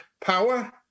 power